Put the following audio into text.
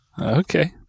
Okay